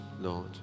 Lord